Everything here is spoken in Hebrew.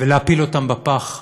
ולהפיל אותם בפח,